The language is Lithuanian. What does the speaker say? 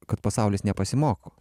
kad pasaulis nepasimoko